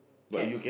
cat